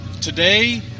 Today